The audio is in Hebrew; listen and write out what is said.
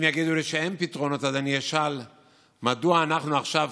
אם יגידו לי שאין פתרונות אז אני אשאל מדוע אנחנו עכשיו,